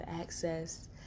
access